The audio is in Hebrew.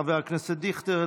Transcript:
חבר הכנסת דיכטר,